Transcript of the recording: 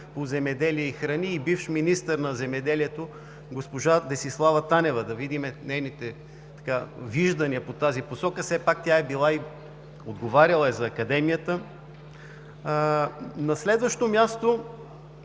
по земеделие и храни и бивш министър на земеделието госпожа Десислава Танева – да видим нейните виждания в тази посока, все пак тя е отговаряла за Академията. На следващо място,